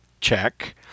check